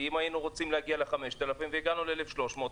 כי אם היינו רוצים להגיע ל-5,000 והגענו ל-1,300,